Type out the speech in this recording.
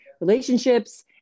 relationships